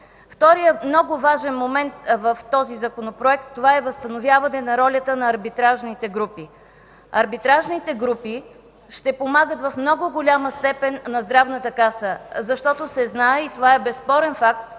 Вторият много важен момент в Законопроекта е възстановяване на ролята на арбитражните групи. Арбитражните групи ще помагат в много голяма степен на Здравната каса, защото се знае и е безспорен факт,